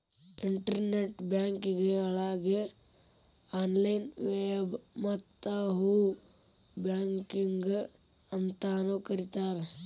internet ಬ್ಯಾಂಕಿಂಗಗೆ online web ಮತ್ತ home banking ಅಂತಾನೂ ಕರಿತಾರ